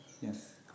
Yes